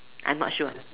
I'm not sure